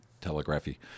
Telegraphy